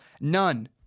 none